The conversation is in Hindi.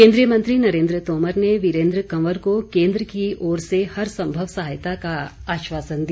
केन्द्रीय मंत्री नरेन्द्र तोमर ने वीरेन्द्र कंवर को केन्द्र की ओर से हर सम्भव सहायता का आश्वासन दिया